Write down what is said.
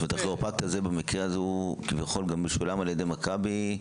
הכירופרקט הזה במקרה הזה הוא כביכול משולם על ידי מכבי,